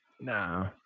no